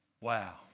Wow